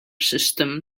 system